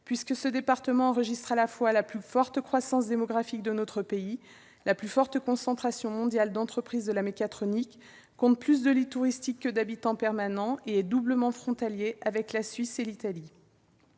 puisque ce département enregistre à la fois la plus forte croissance démographique de notre pays, la plus forte concentration mondiale d'entreprises de la mécatronique, compte plus de lits touristiques que d'habitants permanents et est de surcroît doublement frontalier avec la Suisse et l'Italie.